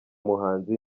muhanzi